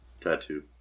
tattoo